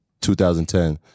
2010